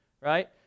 right